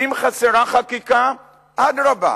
ואם חסרה חקיקה, אדרבה,